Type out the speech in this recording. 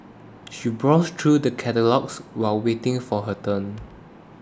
she browsed through the catalogues while waiting for her turn